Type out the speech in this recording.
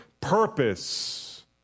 purpose